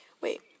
Wait